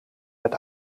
met